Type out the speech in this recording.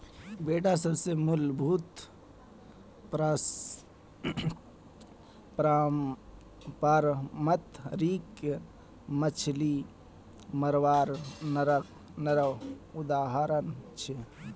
बेडा सबसे मूलभूत पारम्परिक मच्छ्ली मरवार नावर उदाहरण छे